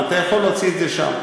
אתה יכול להוציא את זה שם,